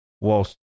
whilst